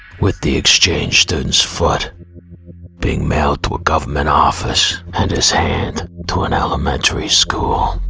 with the exchange students foot being mailed to a government office and his hand to an elementary school